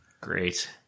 Great